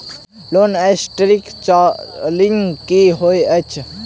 Loan restructuring की होइत अछि?